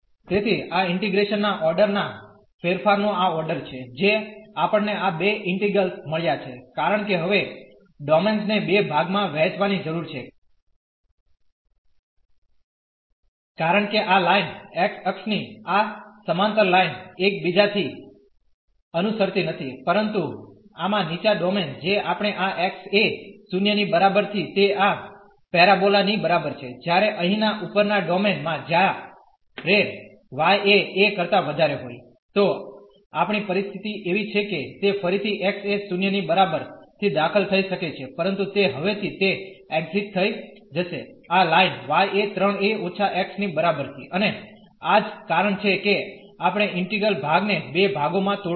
તેથી આ ઇન્ટીગ્રેશન ના ઓર્ડર ના ફેરફારનો આ ઓર્ડર છે જે આપણને આ બે ઇન્ટિગ્રલ્સ મળ્યાં છે કારણ કે હવે ડોમેન ને બે ભાગમાં વહેંચવાની જરૂર છે કારણ કે આ લાઇન x અક્ષની આ સમાંતર લાઇન એક બીજા થી અનુસરતી નથી પરંતુ આમાં નીચા ડોમેન જે આપણે આ x એ 0 ની બરાબર થી તે આ પેરાબોલા ની બરાબર છે જ્યારે અહીંના ઉપરના ડોમેન માં જ્યારે y એ a કરતા વધારે હોય તો આપણી પરિસ્થિતિ એવી છે કે તે ફરીથી x એ 0 બરાબર થી દાખલ થઈ શકે છે પરંતુ તે હવેથી તે એક્ઝીટ થઇ જશે આ લાઈન y એ 3 a − x ની બરાબર થી અને આ જ કારણ છે કે આપણે ઇન્ટીગ્રલ ભાગને બે ભાગોમાં તોડવા પડશે